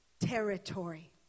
territory